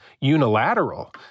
unilateral